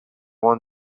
one